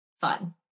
fun